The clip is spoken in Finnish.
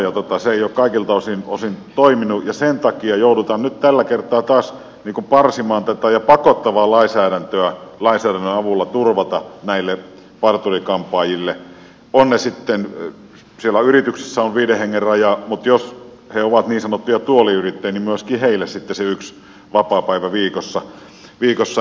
se ei ole kaikilta osin toiminut ja sen takia joudutaan nyt tällä kertaa taas parsimaan tätä ja pakottavan lainsäädännön avulla turvaamaan näille parturi kampaajille siellä yrityksessä on viiden hengen raja mutta jos he ovat niin sanottuja tuoliyrittäjiä niin myöskin heille sitten se yksi vapaapäivä viikossa